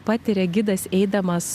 patiria gidas eidamas